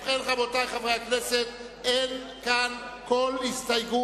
אם כן, רבותי חברי הכנסת, אין כאן כל הסתייגות.